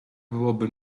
byłoby